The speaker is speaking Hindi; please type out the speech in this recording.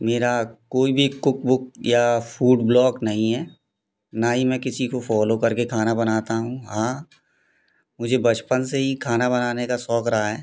मेरा कोई भी कुक बुक या फूड ब्लॉक नहीं है ना ही मैं किसी को फॉलो करके खाना बनाता हूँ हाँ मुझे बचपन से ही खाना बनाने का शौक़ रहा है